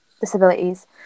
disabilities